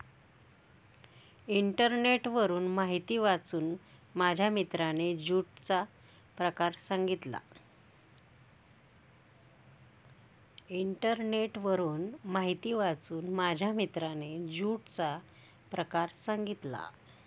इंटरनेटवरून माहिती वाचून माझ्या मित्राने ज्यूटचा प्रकार सांगितला